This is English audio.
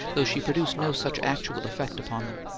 though she produced no such actual effect upon them.